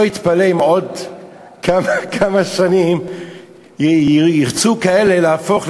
אני לא אתפלא אם בעוד כמה שנים יהיו כאלה שירצו להפוך,